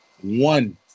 One